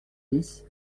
dix